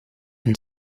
and